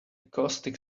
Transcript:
caustic